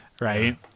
right